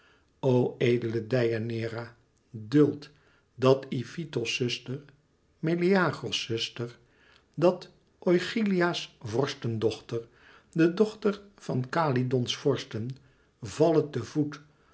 o edele deianeira duld dat ifitos zuster meleagros zuster dat oichalia's vorstendochter de dochter van kalydons vorsten valle te voet